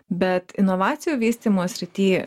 bet inovacijų vystymo srity